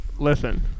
listen